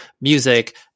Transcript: music